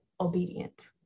obedient